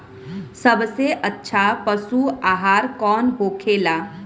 सबसे अच्छा पशु आहार कौन होखेला?